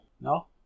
No